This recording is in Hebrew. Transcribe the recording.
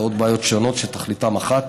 ועוד בעיות שתכליתן אחת: